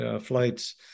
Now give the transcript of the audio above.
flights